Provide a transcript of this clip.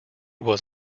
was